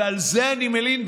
ועל זה אני מלין,